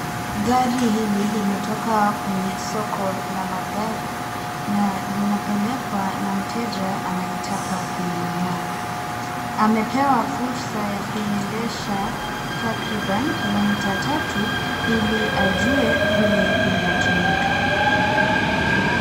Gari hili limetoka kwenye soko la magari na linapelekwa na mteja anayetaka kuinunua. Amepewa fursa ya kuiendesha takribani kilomita tatu ili ajue vile linatumika.